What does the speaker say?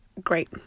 great